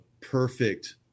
Perfect